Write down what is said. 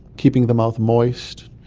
keeping the mouth moist,